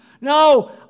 No